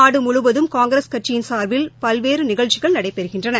நாடுமுழுவதும் காங்கிரஸ் கட்சியின் சார்பில் பல்வேறுநிகழ்ச்சிகள் நடைபெறுகின்றன